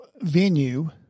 venue